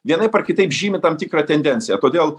vienaip ar kitaip žymi tam tikrą tendenciją todėl